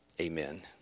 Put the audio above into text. Amen